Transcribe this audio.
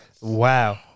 Wow